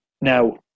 Now